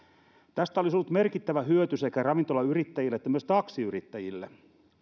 tästä olisi ollut merkittävä hyöty sekä ravintolayrittäjille että myös taksiyrittäjille